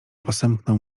posępną